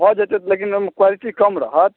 भऽ जेतै लेकिन ओहिमे क्वालिटी कम रहत